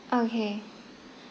okay